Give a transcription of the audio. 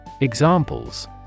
Examples